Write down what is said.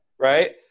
right